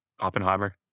Oppenheimer